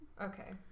Okay